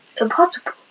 Impossible